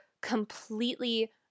completely